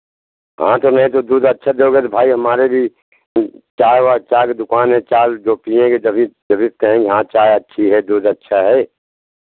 हाँ तो नहीं तो दूध अच्छा दोगे तो भाई हमारे भी चाय वाय चाय के दुकान है चाय जो पिएँगे जभी जभी कहेंगे हाँ चाय अच्छी है दूध अच्छा है